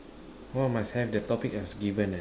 what must have the topic was given ah